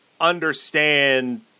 understand